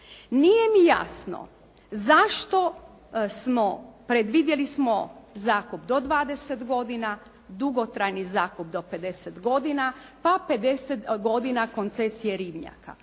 Nije mi jasno zašto smo predvidjeli smo zakup do 20 godina, dugotrajni zakup do 50 godina, pa 50 godina koncesije ribnjaka.